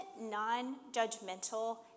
non-judgmental